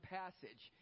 passage